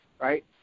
right